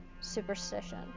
superstition